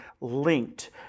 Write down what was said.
linked